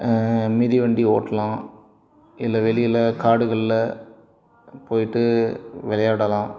மிதிவண்டி ஓட்டலாம் இல்லை வெளியில் காடுகளில் போய்ட்டு விளையாடலாம்